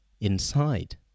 inside